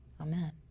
Amen